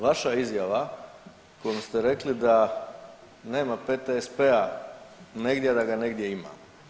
Vaša izjava kojom ste rekli da nema PTSP-a negdje da ga negdje ima.